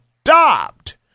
stopped